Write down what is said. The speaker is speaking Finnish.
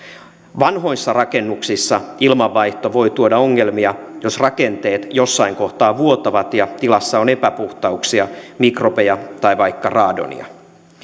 vanhoissa rakennuksissa ilmanvaihto voi tuoda ongelmia jos rakenteet jossain kohtaa vuotavat ja tilassa on epäpuhtauksia mikrobeja tai vaikka radonia